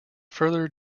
further